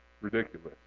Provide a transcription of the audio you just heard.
ridiculous